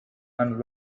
and